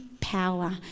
power